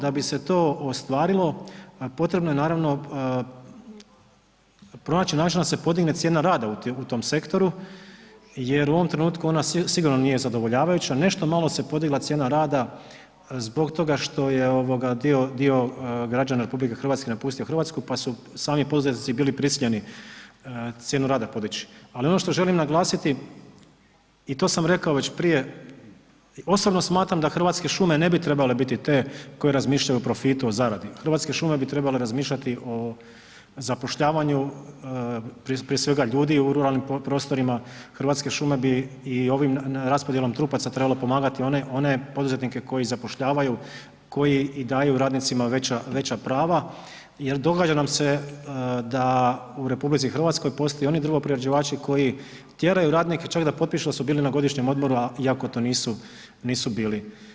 Da bi se to ostvarilo, potrebno je naravno pronaći načina da se podigne cijene rada u tom sektoru jer u ovom trenutku ona sigurno nije zadovoljavajuća, nešto malo se podigla cijena rada zbog toga što je dio građana RH napustio Hrvatsku pa su sami poduzetnici bili prisiljeni cijenu rada podići ali ono što želim naglasiti i to sam rekao već prije, osobno smatram da Hrvatske šume ne bi trebale biti te koje razmišljaju o profitu, o zaradi, Hrvatske šume bi trebale razmišljati o zapošljavanju prije svega ljudi u ruralnim prostorima, Hrvatske šume bi i ovom raspodjelom trupaca trebale pomagati one poduzetnike koji zapošljavaju, koji i daju radnicima veća prava jer događa nam se da u RH postoje oni drvo-prerađivači koji tjeraju radnike čak da potpišu da su bili na godišnjem odmoru a iako to nisu bili.